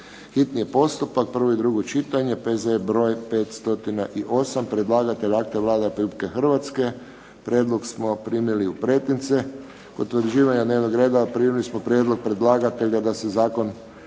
hitni postupak, prvo i drugo čitanje, P.Z. broj 508 Predlagatelj akta je Vlada Republike Hrvatske. Prijedlog smo primili u pretince. Utvrđivanjem dnevnog reda primili smo prijedlog predlagatelja da se zakon